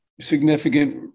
significant